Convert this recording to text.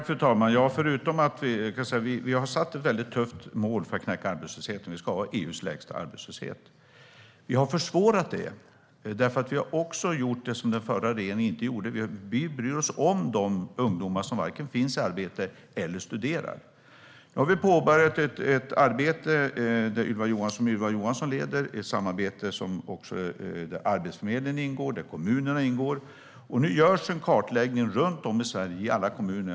Fru talman! Vi har satt ett mycket tufft mål för att knäcka arbetslösheten. Vi ska ha EU:s lägsta arbetslöshet. Vi har försvårat det, eftersom vi även har gjort det som den förra regeringen inte gjorde. Vi bryr oss om de ungdomar som varken arbetar eller studerar. Nu har vi påbörjat ett arbete som Ylva Johansson leder. Det är ett samarbete där Arbetsförmedlingen och kommunerna ingår. Nu görs en kartläggning runt om i Sverige i alla kommuner.